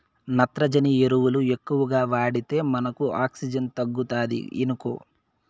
నత్రజని ఎరువులు ఎక్కువగా వాడితే మనకు ఆక్సిజన్ తగ్గుతాది ఇనుకో